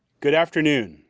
good afternoon,